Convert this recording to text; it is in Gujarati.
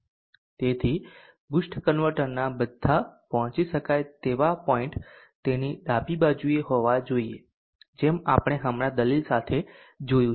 તેથી બૂસ્ટ કન્વર્ટરના બધા પહોંચી શકાય તેવા પોઈન્ટ તેની ડાબી બાજુએ હોવા જોઈએ જેમ આપણે હમણાં દલીલ સાથે જોયું છે